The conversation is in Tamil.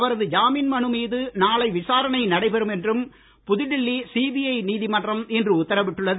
அவரது ஜாமீன் மனு மீது நாளை விசாரணை நடைபெறும் என்றும் புதுடெல்லி சிபிஐ நீதிமன்றம் இன்று உத்தரவிட்டுள்ளது